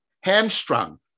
hamstrung